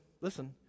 listen